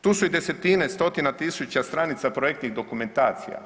Tu su i desetine stotina tisuća stranica projektnih dokumentacija.